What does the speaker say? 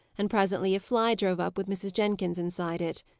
and presently a fly drove up with mrs. jenkins inside it.